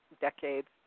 decades